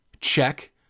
Check